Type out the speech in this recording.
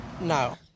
no